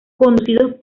conducidos